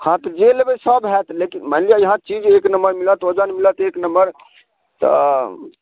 हाँ तऽ जे लेबै सभ होयत लेकिन मानि लिअ इहाँ चीज एक नम्मर मिलत तऽ ओजन मिलत एक नम्मर तऽ